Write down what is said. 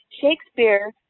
Shakespeare